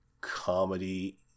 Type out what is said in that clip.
comedy